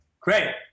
Great